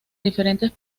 diferentes